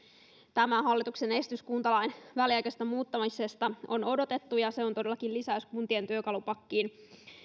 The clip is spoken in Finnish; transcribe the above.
tämä hallituksen esitys kuntalain väliaikaisesta muuttamisesta on odotettu ja se on todellakin lisäys kuntien työkalupakkiin